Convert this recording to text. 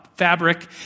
fabric